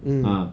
mm